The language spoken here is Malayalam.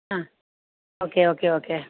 ആ ഓക്കെ ഓക്കെ ഓക്കെ